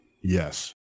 Yes